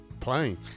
playing